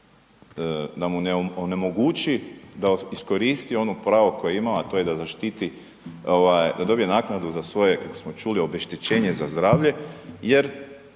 da mu onemogući da iskoristi ono pravo koje je imao, a to je da zaštiti, da dobije naknadu za svoje, kako smo čuli, obeštećenje za zdravlje